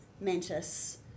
mantis